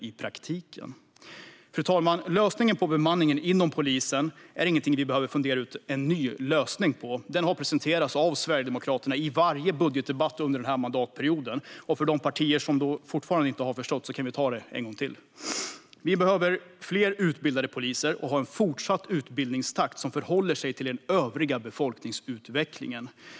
Fru talman! Bemanningsfrågan inom polisen är inte något vi behöver fundera ut en ny lösning på. Den har presenterats av Sverigedemokraterna i varje budgetdebatt under mandatperioden. För de partier som fortfarande inte har förstått kan jag ta den en gång till. Det behövs fler utbildade poliser, och utbildningstakten behöver även i fortsättningen förhålla sig till den övriga befolkningsutvecklingen.